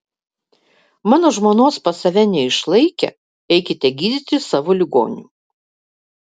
mano žmonos pas save neišlaikę eikite gydyti savo ligonių